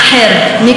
נקודה.